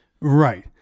Right